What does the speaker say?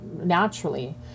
naturally